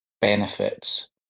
benefits